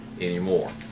anymore